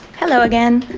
hello again,